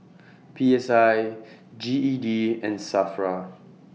P S I G E D and SAFRA